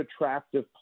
attractive